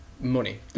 Money